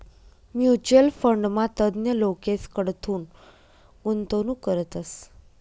mutual फंडमा तज्ञ लोकेसकडथून गुंतवणूक करतस